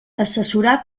assessorar